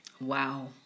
Wow